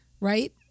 right